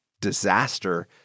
disaster